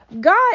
God